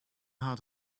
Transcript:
out